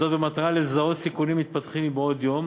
וזאת במטרה לזהות סיכונים מתפתחים מבעוד יום